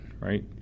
right